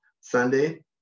Sunday